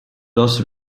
also